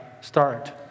start